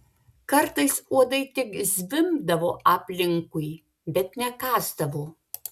kartais uodai tik zvimbdavo aplinkui bet nekąsdavo